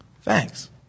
Thanks